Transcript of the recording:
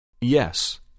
Yes